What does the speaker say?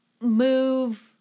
move